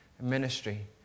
ministry